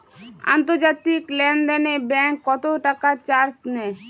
আন্তর্জাতিক লেনদেনে ব্যাংক কত টাকা চার্জ নেয়?